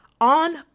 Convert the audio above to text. on